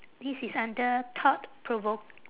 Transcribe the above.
this is under thought-provok~